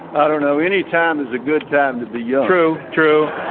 i don't know. any time is a good time to be young. true, true,